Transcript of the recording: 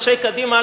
אנשי קדימה,